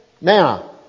Now